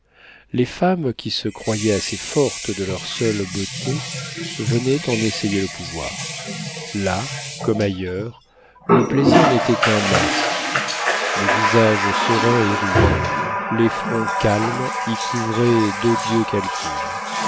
les femmes qui se croyaient assez fortes de leur seule beauté venaient en essayer le pouvoir là comme ailleurs le plaisir n'était qu'un masque les visages sereins et riants les fronts calmes y couvraient d'odieux calculs